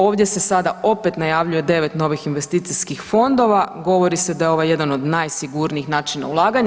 Ovdje se sada opet najavljuje 9 novih investicijskih fondova, govori se da je ovo jedan od najsigurnijih načina ulaganja.